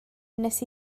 nes